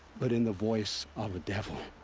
but in the voice. of a devil.